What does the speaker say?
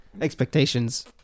Expectations